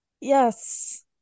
yes